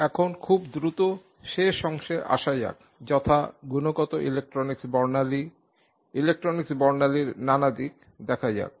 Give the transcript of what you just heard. এখন খুব দ্রুত শেষ অংশে আসা যাক যথা গুণগত ইলেকট্রনিক্স বর্ণালী ইলেকট্রনিক্স বর্ণালীর নানা দিক দেখা যাক